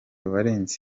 valens